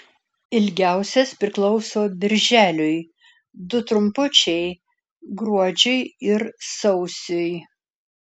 ilgiausias priklauso birželiui du trumpučiai gruodžiui ir sausiui